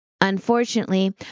Unfortunately